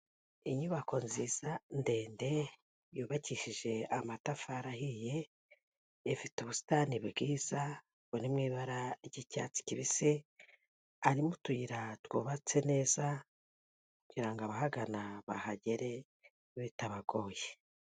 Inyubako nziza, ndende, yubakishije amatafari ahiye, ifite ubusitani bwiza, buri mu ibara ry'icyatsi kibisi, harimo utuyira twubatse neza kugira ngo abahagana bahagere bitabagoye.